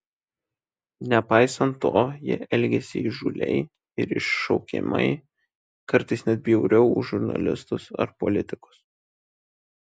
nepaisant to jie elgėsi įžūliai ir iššaukiamai kartais net bjauriau už žurnalistus ar politikus